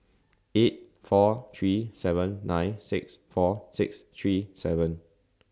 eight four three seven nine six four six three seven